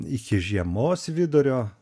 iki žiemos vidurio